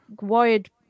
wired